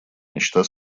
мечта